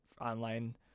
online